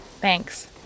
Thanks